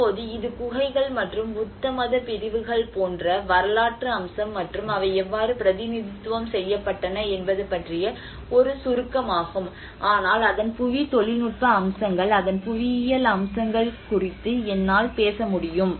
இப்போது இது குகைகள் மற்றும் புத்த மத பிரிவுகள் போன்ற வரலாற்று அம்சம் மற்றும் அவை எவ்வாறு பிரதிநிதித்துவம் செய்யப்பட்டன என்பது பற்றிய ஒரு சுருக்கமாகும் ஆனால் அதன் புவி தொழில்நுட்ப அம்சங்கள் அதன் புவியியல் அம்சங்கள் குறித்து என்னால் பேச முடியும்